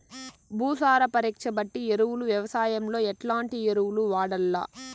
భూసార పరీక్ష బట్టి ఎరువులు వ్యవసాయంలో ఎట్లాంటి ఎరువులు వాడల్ల?